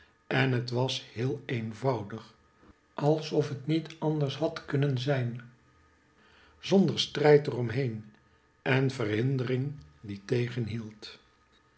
en het was heel eenvoudig als of het niet anders had kunnen zijn zonder strijd er om heen en verhindering die